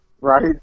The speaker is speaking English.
Right